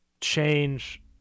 change